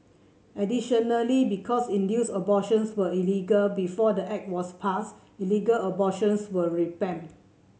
additionally because induced abortions were illegal before the Act was passed illegal abortions were rampant